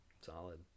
Solid